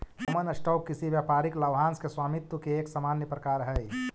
common stock किसी व्यापारिक लाभांश के स्वामित्व के एक सामान्य प्रकार हइ